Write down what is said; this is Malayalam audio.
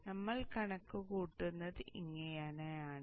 അതിനാൽ നമ്മൾ കണക്കുകൂട്ടുന്നത് ഇങ്ങനെയാണ്